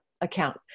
account